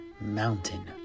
mountain